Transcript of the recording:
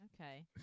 okay